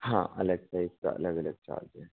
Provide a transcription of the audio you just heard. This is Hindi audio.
हाँ अलग साइज़ का अलग अलग चार्ज है